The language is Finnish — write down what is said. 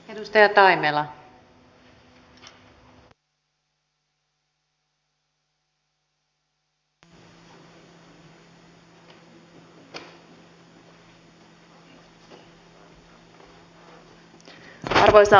arvoisa rouva puhemies